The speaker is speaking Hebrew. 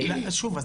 שוב,